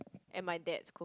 and my dad's cook